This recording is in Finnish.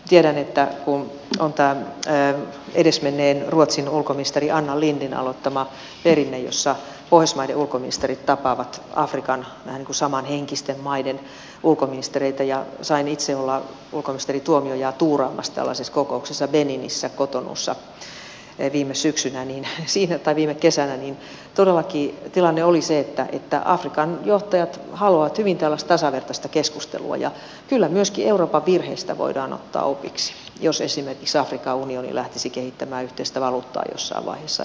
tiedän että on tämä edesmenneen ruotsin ulkoministeri anna lindhin aloittama perinne jossa pohjoismaiden ulkoministerit tapaavat afrikan vähän niin kuin samanhenkisten maiden ulkoministereitä ja kun sain itse olla ulkoministeri tuomiojaa tuuraamassa tällaisessa kokouksessa beninissä cotonoussa viime kesänä niin todellakin tilanne oli se että afrikan johtajat haluavat tällaista hyvin tasavertaista keskustelua ja kyllä myöskin euroopan virheistä voidaan ottaa opiksi jos esimerkiksi afrikan unioni lähtisi kehittämään yhteistä valuuttaa jossain vaiheessa